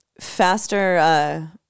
faster